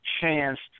chance